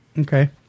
Okay